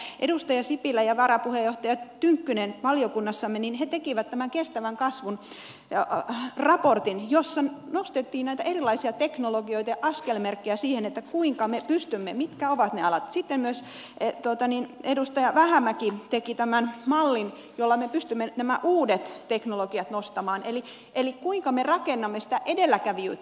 yritän sanoa sitä että edustaja sipilä ja varapuheenjohtaja tynkkynen valiokunnassamme tekivät tämän kestävän kasvun raportin jossa nostettiin näitä erilaisia teknologioita ja askelmerkkejä siihen liittyen mitkä ovat ne alat ja sitten myös edustaja vähämäki teki tämän mallin jolla me pystymme nämä uudet teknologiat nostamaan eli kuinka me rakennamme sitä edelläkävijyyttä